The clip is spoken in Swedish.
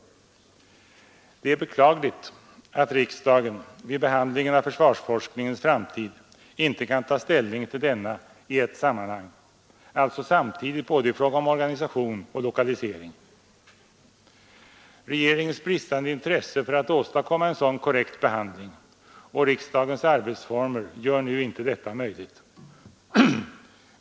Det är beklagligt att riksdagen vid behandlingen av försvarsforskningens framtid inte kan ta ställning till denna i ett sammanhang, alltså samtidigt i fråga om både organisation och lokalisering. Regeringens bristande intresse för att åstadkomma en sådan korrekt behandling och riksdagens arbetsformer gör nu inte detta möjligt.